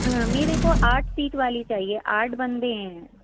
ہاں میرے کو آٹھ سیٹ والی چاہیے آٹھ بندے ہیں